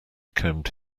combed